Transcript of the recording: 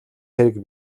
хэрэг